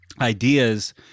ideas